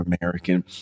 American